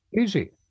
Easy